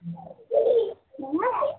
என்ன